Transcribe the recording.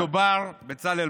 בצלאל,